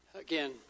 again